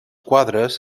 quadres